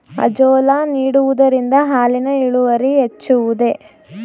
Azolla ನೀಡುವುದರಿಂದ ಹಾಲಿನ ಇಳುವರಿ ಹೆಚ್ಚುವುದೇ?